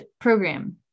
program